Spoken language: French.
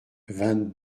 vingt